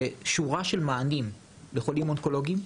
זה שורה של מענים לחולים האונקולוגיים,